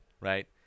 right